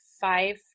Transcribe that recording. five